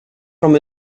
from